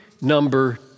number